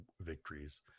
victories